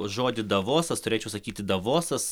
žodį davosas turėčiau sakyti davosas